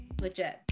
Legit